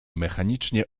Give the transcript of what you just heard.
mechanicznie